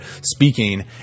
speaking